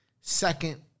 second